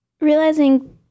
realizing